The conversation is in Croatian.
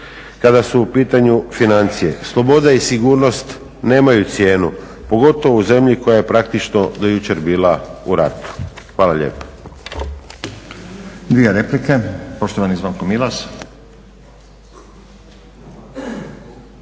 Kada su u pitanju financije sloboda i sigurnost nemaju cijenu, pogotovo u zemlji koja je praktično do jučer bila u ratu. Hvala lijepo.